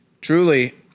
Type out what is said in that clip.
Truly